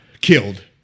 killed